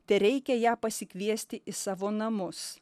tereikia ją pasikviesti į savo namus